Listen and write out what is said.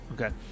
Okay